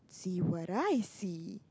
see what I see